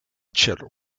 ĉelo